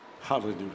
Hallelujah